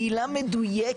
היא עילה מדויקת,